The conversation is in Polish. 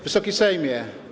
Wysoki Sejmie!